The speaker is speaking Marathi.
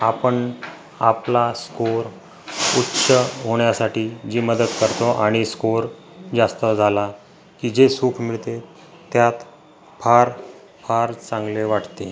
आपण आपला स्कोअर उच्च होण्यासाठी जी मदत करतो आणि स्कोअर जास्त झाला की जे सुख मिळते त्यात फार फार चांगले वाटते